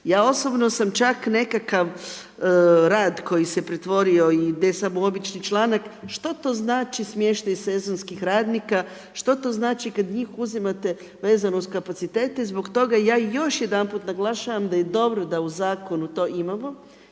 Ja osobno sam čak nekakav rad koji se pretvorio i ne samo običan članak, što to znači smještaj sezonskih radnika, što to znači kada njih uzimate vezano uz kapacitete i zbog toga ja još jedanput naglašavam da je dobro da u zakonu to imamo